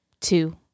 two